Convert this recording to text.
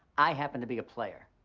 i happen to be a player.